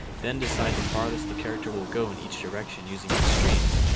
then decide the farthest the character will go in each direction using extremes.